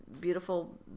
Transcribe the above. beautiful